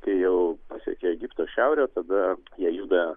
kai jau pasiekia egipto šiaurę tada jie juda